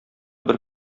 бер